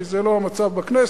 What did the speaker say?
כי זה לא המצב בכנסת,